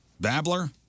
Babbler